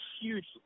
huge